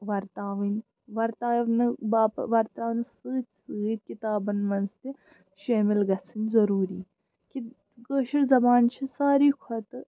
وَرتاوٕنۍ وَرتاونہٕ باپَت وَرتاونہٕ سۭتۍ سۭتۍ کِتابَن منٛز تہِ شٲمِل گَژھٕنۍ ضروٗری کہِ کٲشِر زَبان چھِ ساروٕے کھۄتہٕ